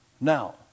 now